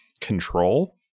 control